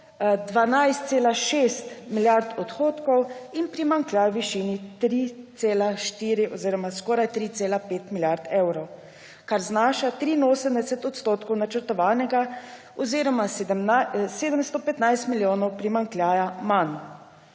12,6 milijard odhodkov in primanjkljaj v višini 3,4 oziroma skoraj 3,5 milijard evrov, kar znaša 83 % načrtovanega oziroma 715 milijonov primanjkljaja manj.